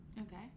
Okay